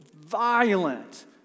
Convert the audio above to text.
violent